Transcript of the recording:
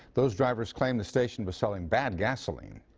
those drivers claim the station was selling bad gasoline.